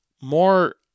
more